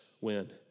win